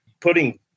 putting